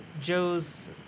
Joe's